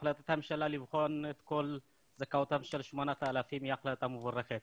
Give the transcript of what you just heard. החלטת הממשלה לבחון את זכאותם של 8,000 האנשים היא החלטה מבורכת.